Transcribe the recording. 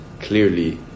clearly